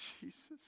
Jesus